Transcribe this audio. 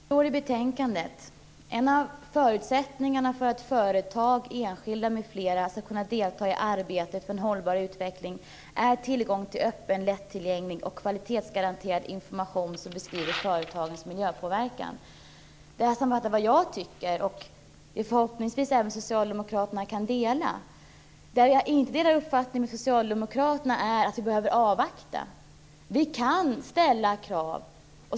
Herr talman! Det står i betänkandet att en av förutsättningarna för att företag, enskilda m.fl. skall kunna delta i arbetet för en hållbar utveckling är tillgång till öppen, lättillgänglig och kvalitetsgaranterad information som beskriver företagens miljöpåverkan. Detta är min uppfattning, som socialdemokraterna förhoppningsvis kan dela. Däremot delar jag inte socialdemokraternas mening att vi behöver avvakta. Vi kan ställa krav.